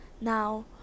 Now